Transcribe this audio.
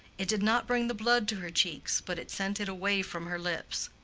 it did not bring the blood to her cheeks, but it sent it away from her lips.